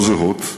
לא זהות: